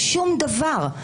שום דבר.